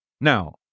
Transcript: Now